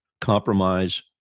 compromise